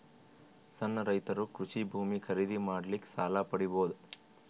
ಸಣ್ಣ ರೈತರು ಕೃಷಿ ಭೂಮಿ ಖರೀದಿ ಮಾಡ್ಲಿಕ್ಕ ಸಾಲ ಪಡಿಬೋದ?